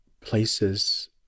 places